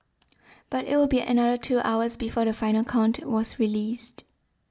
but it would be another two hours before the final count was released